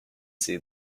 see